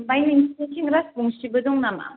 ओमफ्राय नोंसोरनिथिं राजबंशिबो दं नामा